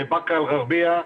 בבאקה אל גרבייה,